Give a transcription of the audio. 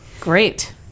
Great